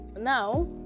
now